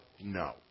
No